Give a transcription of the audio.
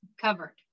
covered